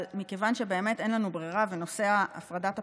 אבל מכיוון שאין לנו ברירה, ונושא הפרדת הפסולת,